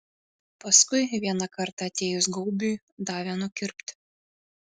paskui vieną kartą atėjus gaubiui davė nukirpti